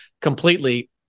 completely